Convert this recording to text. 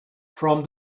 from